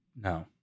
no